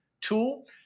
tool